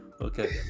Okay